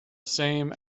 same